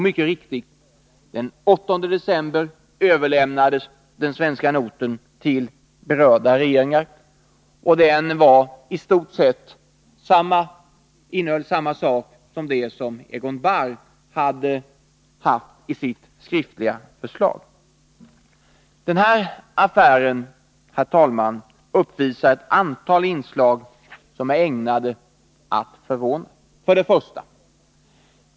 Mycket riktigt: den 8 december överlämnades den svenska noten till berörda regeringar. Den innehöll i stort sett samma sak som Egon Bahrs skriftliga förslag. Den här affären, herr talman, uppvisar ett antal inslag som är ägnade att förvåna: 1.